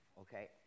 okay